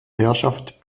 herrschaft